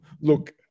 Look